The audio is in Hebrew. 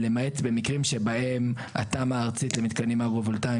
למעט במקרים שבהם תמ"א הארצית למתקנים אגרו-וולטאים